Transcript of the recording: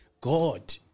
God